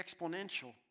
exponential